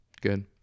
Good